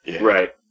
Right